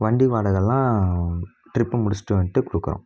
வண்டி வாடகைலாம் டிரிப்பை முடித்திட்டு வந்துட்டு கொடுக்குறோம்